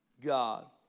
God